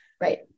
Right